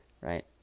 right